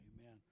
amen